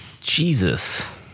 jesus